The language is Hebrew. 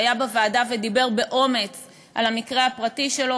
שהיה בוועדה ודיבר באומץ על המקרה הפרטי שלו,